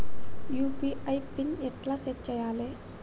UPI pin ఎట్లా set చేయాలే?